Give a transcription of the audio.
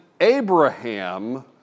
Abraham